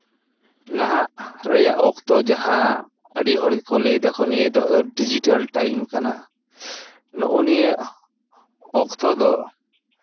ᱞᱟᱦᱟᱜ ᱨᱮᱭᱟᱜ ᱚᱠᱛᱚ ᱡᱟᱦᱟᱸ ᱟᱹᱰᱤ ᱦᱚᱲ ᱜᱮᱠᱚ ᱞᱟᱹᱭ ᱫᱟᱠᱚ ᱱᱤᱭᱟᱹ ᱫᱚ ᱰᱤᱡᱤᱴᱟᱞ ᱴᱟᱭᱤᱢ ᱠᱟᱱᱟ ᱱᱚᱜᱼᱚᱭ ᱱᱤᱭᱟᱹ ᱚᱠᱛᱚ ᱫᱚ